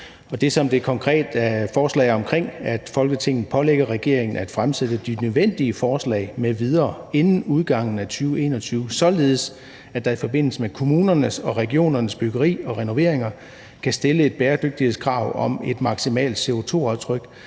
Det, som forslaget konkret handler om, er, at Folketinget pålægger regeringen at fremsætte de nødvendige forslag m.v. inden udgangen af 2021, således at der i forbindelse med kommunernes og regionernes byggeri og renoveringer kan stilles et bæredygtighedskrav med et maksimalt CO2-aftryk